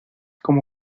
como